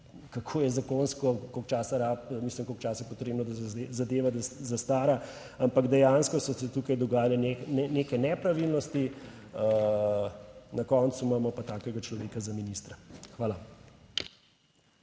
časa rabi, mislim koliko časa je potrebno, da se zadeva zastara, ampak dejansko so se tukaj dogajale neke nepravilnosti, na koncu imamo pa takega človeka za ministra. Hvala.